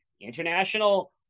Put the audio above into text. international